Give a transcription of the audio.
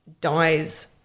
dies